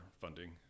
funding